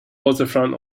waterfront